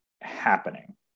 happening